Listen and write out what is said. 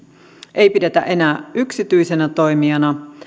ei pidetä enää yksityisenä toimijana